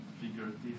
figurative